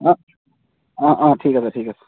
অঁ অঁ অঁ ঠিক আছে ঠিক আছে